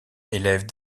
élève